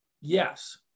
Yes